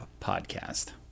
podcast